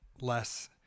less